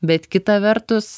bet kita vertus